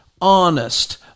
honest